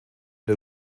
der